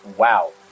Wow